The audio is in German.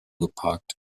geparkt